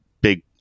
big